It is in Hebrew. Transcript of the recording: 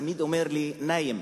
תמיד אומר לי "נאם"